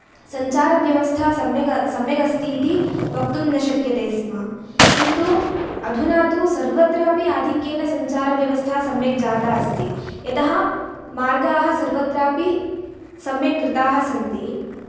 सञ्चारव्यवस्था सम्यक् सम्यगस्ति इति वक्तुं न शक्यते स्म किन्तु अधुना तु सर्वत्रापि आधिक्येन सञ्चारव्यवस्था सम्यक् जाता अस्ति यतः मार्गाः सर्वत्रापि सम्यक् कृताः सन्ति